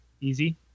Easy